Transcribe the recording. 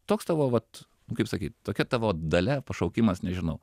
toks tavo vat kaip sakyt tokia tavo dalia pašaukimas nežinau